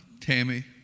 Tammy